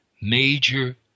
major